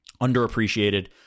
underappreciated